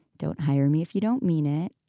don't hire me if you don't mean it.